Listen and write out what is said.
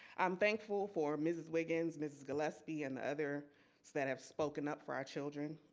i'm thankful for mrs. wiggins mrs. gillespie and the other staff have spoken up for our children.